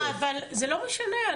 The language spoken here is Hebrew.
זה לא משנה.